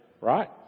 right